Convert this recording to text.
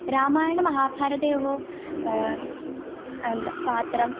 रामायणमहाभारतयोः पात्रम्